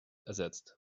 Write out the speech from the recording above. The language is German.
ersetzt